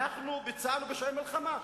אנחנו ביצענו פשעי מלחמה.